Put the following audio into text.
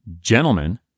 Gentlemen